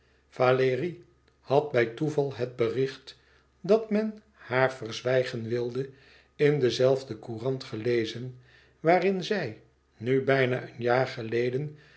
valérie had bij toeval het bericht dat men haar verzwijgen wilde in de zelfde courant gelezen waarin zij nu bijna een jaar geleden